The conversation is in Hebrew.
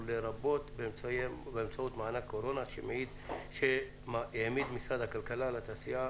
לרבות באמצעות מענק קורונה שהעמיד משרד הכלכלה לתעשייה,